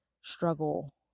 struggle